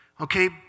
Okay